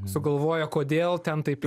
sugalvoja kodėl ten taip